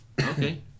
Okay